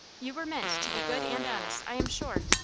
you were meant to be good and honest, i am sure.